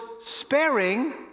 sparing